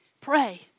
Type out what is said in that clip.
Pray